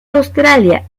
australia